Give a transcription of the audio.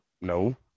no